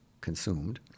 consumed